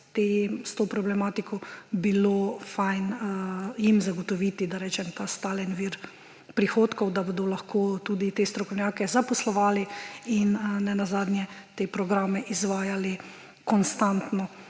s to problematiko, bi bilo fino, da se jim zagotovi ta stalen vir prihodkov, da bodo lahko tudi te strokovnjake zaposlovali in nenazadnje te programe izvajali konstantno;